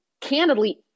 candidly